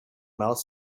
mouth